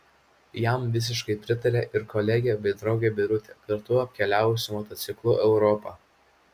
jam visiškai pritarė ir kolegė bei draugė birutė kartu apkeliavusi motociklu europą